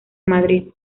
madrid